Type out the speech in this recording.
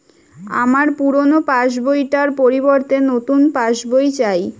আমার পুরানো passbook টার পরিবর্তে নতুন পাশ বই চাই